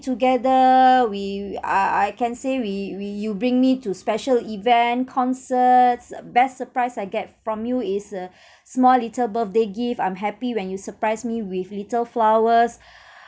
together we uh I I can say we we you bring me to special event concerts best surprise I get from you is uh small little birthday gift I'm happy when you surprise me with little flowers